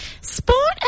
Sport